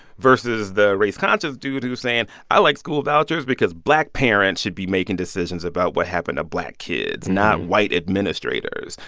versus the race-conscious dude who's saying, i like school vouchers because black parents should be making decisions about what happened to black kids, not white administrators.